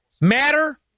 matter